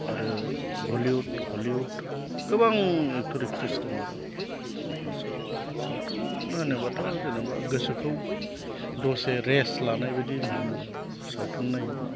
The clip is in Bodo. आरो बलिउड हलिउड गोबां एक्टर एक्ट्रिस दं आरो माखासे सावथुन होनोबाथ' जेनेबा गोसोखौ दसे रेस लानायबायदि मोनो सावथुन नायोब्ला